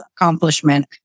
accomplishment